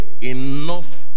enough